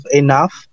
enough